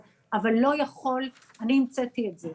אבל לא יכול, אני המצאתי את זה.